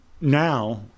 now